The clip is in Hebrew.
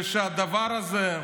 והדבר הזה,